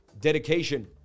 dedication